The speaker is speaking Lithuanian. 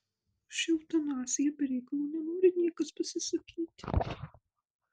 už eutanaziją be reikalo nenori niekas pasisakyti